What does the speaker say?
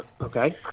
Okay